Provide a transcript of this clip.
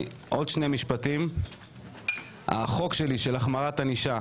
זה מוכיח עד כמה העבודה שלהם חשובה ותורמת לחברי הכנסת.